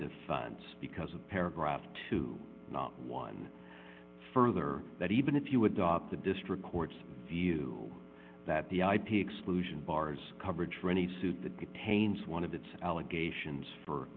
defense because of paragraph two not one further that even if you adopt the district court's view that the ip exclusion bars coverage for any suit that detains one of its allegations for